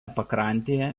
pakrantėje